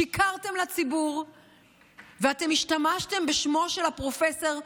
שיקרתם לציבור והשתמשתם בשמו של הפרופסור,